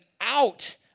out